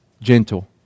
Gentle